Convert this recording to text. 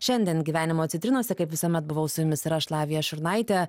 šiandien gyvenimo citrinose kaip visuomet buvau su jumis ir aš lavija šurnaitė